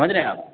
समझ रहे हैं आप